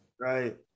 right